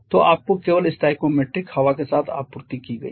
तो आपको केवल स्टोइकोमेट्रिक हवा के साथ आपूर्ति की गई है